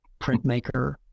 printmaker